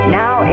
now